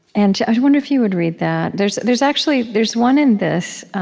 and just wonder if you would read that. there's there's actually there's one in this